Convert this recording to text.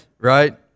right